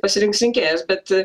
pasirinks rinkėjas bet